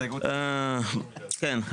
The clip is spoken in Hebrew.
הסתייגות מספר 9. כן.